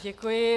Děkuji.